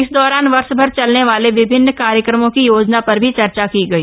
इस दौरान वर्ष भर चलने वाले विभिन्न कार्यक्रमों की योजना पर भी चर्चा की गई